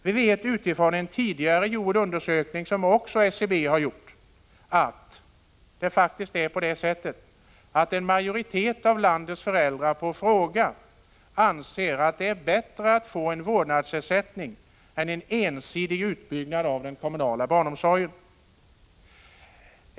Vi vet utifrån en tidigare gjord undersökning, som SCB också har gjort, att en majoritet av landets föräldrar faktiskt anser att det är bättre att få en vårdnadsersättning än en ensidig utbyggnad av den kommunala barnomsorgen.